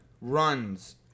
runs